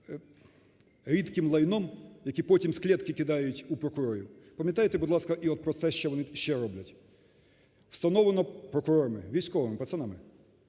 рідким лайном, які потім з клітки кидають у прокурорів, пам'ятайте, будь ласка, і от про те, що вони ще роблять. Встановлено прокурорами військовими, пацанами: